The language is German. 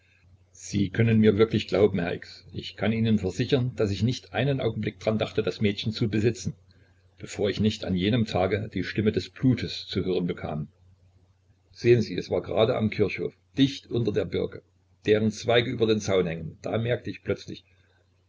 sie können mir wirklich glauben herr x ich kann ihnen versichern daß ich nicht einen augenblick dran dachte das mädchen zu besitzen bevor ich nicht an jenem tage die stimme des blutes zu hören bekam sehen sie es war grade am kirchhof dicht unter der birke deren zweige über den zaun hängen da merkte ich plötzlich